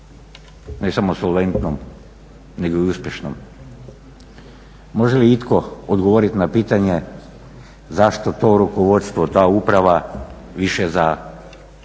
ne samo solventnom nego i uspješnom može li itko odgovoriti na pitanje zašto to rukovodstvo, ta uprava više za